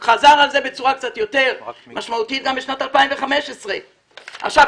והוא חזר על זה בצורה קצת יותר משמעותית גם בשנת 2015. עכשיו,